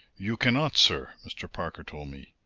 you cannot, sir, mr. parker told me.